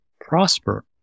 prosper